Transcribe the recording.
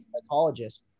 psychologist